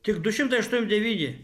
tik du šimtai aštuom devyni